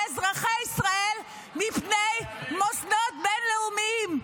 אזרחי ישראל מפני מוסדות בין-לאומיים.